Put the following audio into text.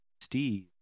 steve